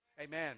Amen